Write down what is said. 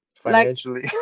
financially